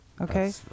Okay